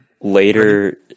later